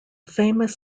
famous